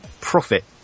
profit